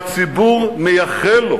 שהציבור מייחל לו,